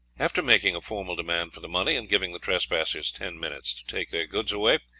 after making a formal demand for the money, and giving the trespassers ten minutes to take their goods away,